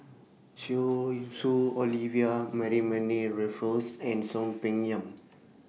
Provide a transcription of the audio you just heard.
Zhu Su Olivia Mariamne Raffles and Soon Peng Yam